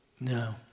no